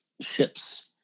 ships